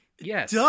Yes